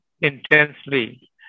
intensely